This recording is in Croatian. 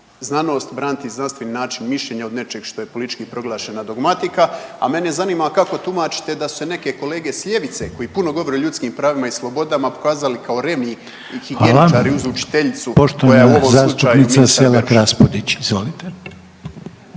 znanost, braniti znanstveni način mišljenja od nečeg što je politički proglašena dogmatika. A mene zanima kako tumačite da su se neki kolege sa ljevice koji puno govore o ljudskim pravima i slobodama pokazali kao remi i higijeničari uz učiteljicu koja je u ovom slučaju ministar